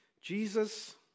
Jesus